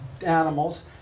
animals